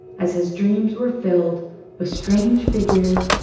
as his dreams were filled with strange figures,